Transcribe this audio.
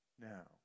now